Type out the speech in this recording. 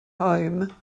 home